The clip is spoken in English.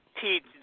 teach